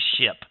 ship